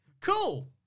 Cool